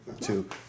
two